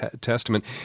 Testament